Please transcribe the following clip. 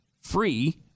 free